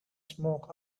smoke